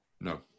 No